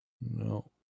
No